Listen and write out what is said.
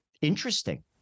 Interesting